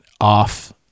off